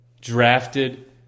Drafted